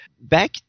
back